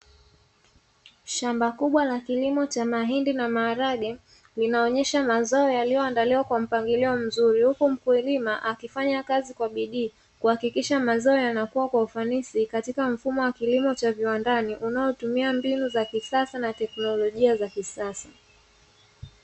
Shamba kubwa la kilimo cha mahindi na maharage linaonyesha mazao yaliyoandaliwa kwa mpangilio mzuri, huku mkulima akifanya kazi kwa bidii kuhakikisha mazao yanakua kwa ufanisi katika mfumo wa kilimo cha viwandani, unaotumia mbinu za kisasa na teknolojia za kisasa.